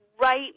right